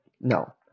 No